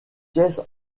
pièces